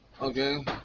Okay